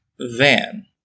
Van